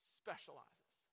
specializes